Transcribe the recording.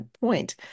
point